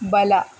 ಬಲ